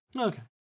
Okay